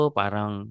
parang